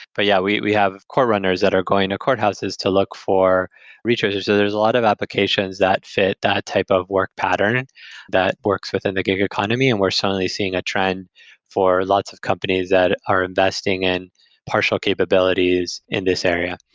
but yeah, we we have core runners that are going to courthouses to look for resources. so there's a lot of applications that fit that type of work pattern and that works within the gig economy and we're suddenly seeing a trend for lots of companies that are investing in partial capabilities in this area.